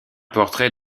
portrait